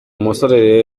umusore